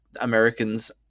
Americans